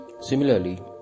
Similarly